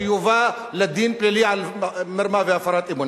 שיובא לדין פלילי על מרמה והפרת אמונים.